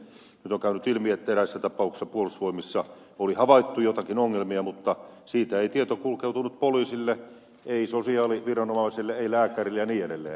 nyt on käynyt ilmi että eräissä tapauksissa puolustusvoimissa oli havaittu joi takin ongelmia mutta siitä ei tieto kulkeutunut poliisille ei sosiaaliviranomaiselle ei lääkärille ja niin edelleen